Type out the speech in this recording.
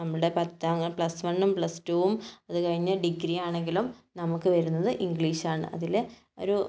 നമ്മളുടെ പത്താം പ്ലസ് വണ്ണും പ്ലസ് ടൂവും അത് കഴിഞ്ഞ് ഡിഗ്രി ആണെങ്കിലും നമുക്ക് വരുന്നത് ഇംഗ്ലീഷ് ആണ് അതിൽ ഒരു